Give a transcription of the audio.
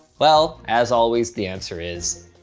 well, as always the answer is,